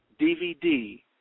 DVD